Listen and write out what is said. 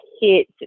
hit